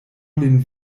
lin